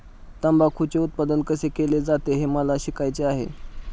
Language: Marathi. तंबाखूचे उत्पादन कसे केले जाते हे मला शिकायचे आहे